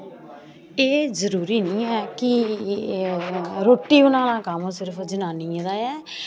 एह् जरूर निं ऐ कि रुट्टी बनाना कम्म सिर्फ जनानियें दा ऐ